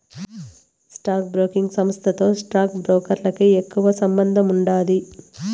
stock broking సంస్థతో stock బ్రోకర్లకి ఎక్కువ సంబందముండాది